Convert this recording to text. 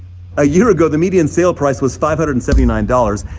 a year ago, the median sale price was five hundred and seventy nine dollars